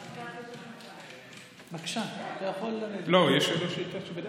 ההצעה להעביר את הנושא לוועדת שתקבע ועדת הכנסת